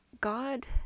God